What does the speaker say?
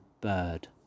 Bird